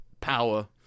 power